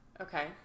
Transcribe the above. Okay